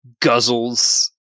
guzzles